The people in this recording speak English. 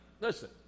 listen